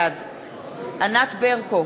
בעד ענת ברקו,